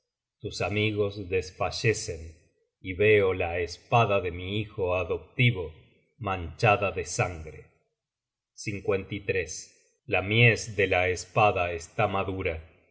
tus amigos desfallecen y veo la espada de mi hijo adoptivo manchada de sangre la mies de la espada está madura